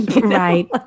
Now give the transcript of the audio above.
Right